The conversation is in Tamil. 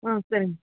ஆ சரிங்க